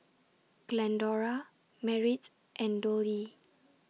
Glendora Merritt and Dollye